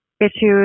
issues